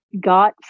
got